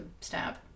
stab